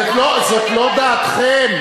זאת לא דעתכם.